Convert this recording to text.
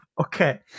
Okay